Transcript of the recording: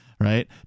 Right